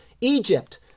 Egypt